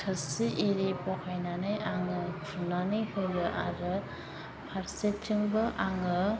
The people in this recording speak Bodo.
थोरसि इरि बहायनानै आङो खुरनानै होयो आरो फारसेथिंबो आङो